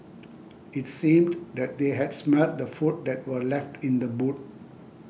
it seemed that they had smelt the food that were left in the boot